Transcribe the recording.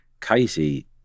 Casey